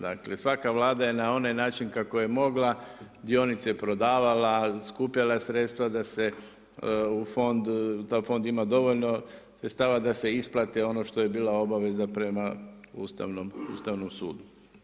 Dakle svaka vlada je na onaj način kako je mogla dionice prodavala, skupljala sredstva da fond ima dovoljno sredstava da se isplate ono što je bila obaveza prema Ustavnom sudu.